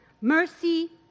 mercy